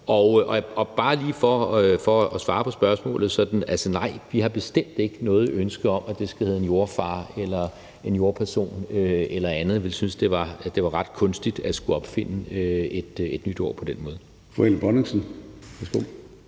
Og bare lige for at svare på spørgsmålet vil jeg sige, at nej, vi har bestemt ikke noget ønske om, at det skal hedde en jordefar, en jordeperson eller andet. Jeg ville synes, det var ret kunstigt at skulle opfinde et nyt ord på den måde. Kl. 10:52 Formanden (Søren